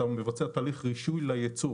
אתה מבצע תהליך רישוי לייצור.